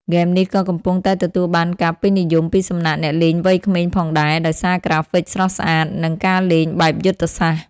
ហ្គេមនេះ ក៏កំពុងតែទទួលបានការពេញនិយមពីសំណាក់អ្នកលេងវ័យក្មេងផងដែរ ដោយសារក្រាហ្វិកស្រស់ស្អាត និងការលេងបែបយុទ្ធសាស្ត្រ។